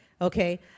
Okay